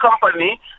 company